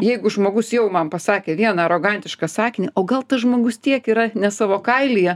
jeigu žmogus jau man pasakė vieną arogantišką sakinį o gal tas žmogus tiek yra ne savo kailyje